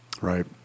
right